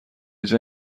جای